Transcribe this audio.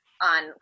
on